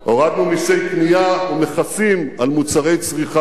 הורדנו מסי קנייה ומכסים על מוצרי צריכה,